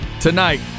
tonight